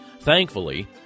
Thankfully